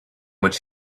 which